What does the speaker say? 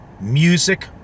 music